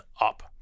up